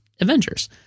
Avengers